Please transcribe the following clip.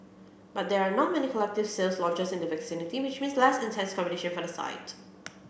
but there are not many collective sale launches in the vicinity which means less intense competition for the site